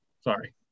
Sorry